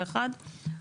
21,